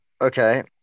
Okay